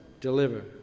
deliver